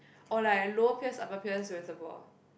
or like Lower Pierce Upper Pierce reservoir